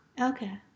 okay